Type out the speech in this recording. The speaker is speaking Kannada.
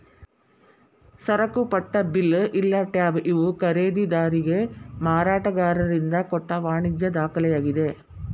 ಸರಕುಪಟ್ಟ ಬಿಲ್ ಇಲ್ಲಾ ಟ್ಯಾಬ್ ಇವು ಖರೇದಿದಾರಿಗೆ ಮಾರಾಟಗಾರರಿಂದ ಕೊಟ್ಟ ವಾಣಿಜ್ಯ ದಾಖಲೆಯಾಗಿದೆ